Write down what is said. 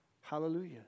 Hallelujah